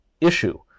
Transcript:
issue